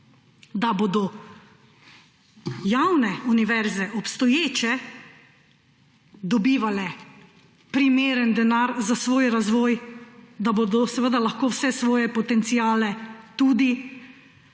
obstoječe javne univerze dobivale primeren denar za svoj razvoj, da bodo seveda lahko vse svoje potenciale tudi